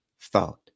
thought